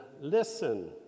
Listen